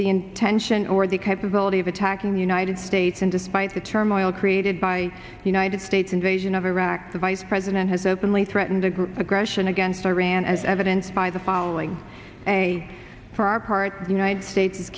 the intention or the capability of attacking the united states and despite the turmoil created by the united states invasion of iraq the vice president has openly threatened the group aggression against iran as evidenced by the following day for our part the united states is